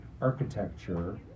architecture